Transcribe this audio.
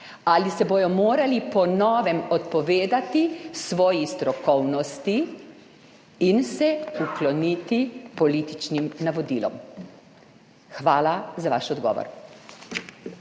Ali se bodo morali po novem odpovedati svoji strokovnosti in se ukloniti političnim navodilom? Hvala za vaš odgovor.